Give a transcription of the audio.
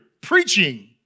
preaching